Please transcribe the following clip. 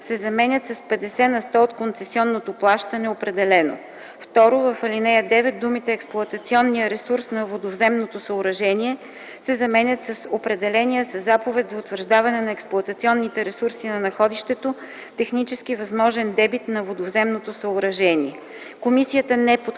се заменят с „50 на сто от концесионното плащане, определено”. 2. В ал. 9 думите „експлоатационния ресурс на водовземното съоръжение” се заменят с „определения със заповедта за утвърждаване на експлоатационните ресурси на находището технически възможен дебит на водовземното съоръжение”. Комисията не подкрепя